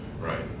right